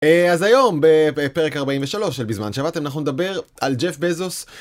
אז היום בפרק 43 של בזמן שבאתם אנחנו נדבר על ג'ף בזוס